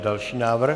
Další návrh.